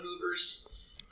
movers